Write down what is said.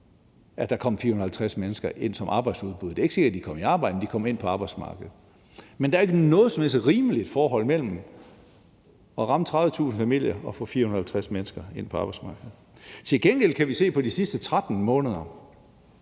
at der kom 450 ind i arbejdsudbuddet – ikke fordi de kom i arbejde, men de kom ind på arbejdsmarkedet. Der er ikke noget som helst rimeligt forhold mellem at ramme 30.000 familier og få 450 ind på arbejdsmarkedet. Til gengæld kan vi se på de sidste 13 måneder,